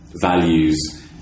values